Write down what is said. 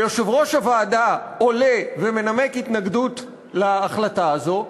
ויושב-ראש הוועדה עולה ומנמק התנגדות להחלטה הזאת,